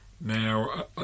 Now